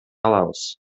алабыз